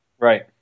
Right